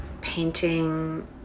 painting